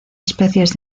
especies